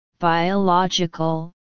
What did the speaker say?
biological